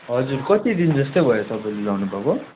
हजुर कति दिन जस्तै भयो तपाईँले लगाउनु भएको